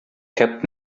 kept